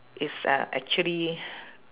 it's uh actually